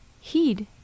heed